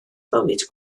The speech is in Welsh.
bywyd